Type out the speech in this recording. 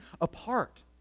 apart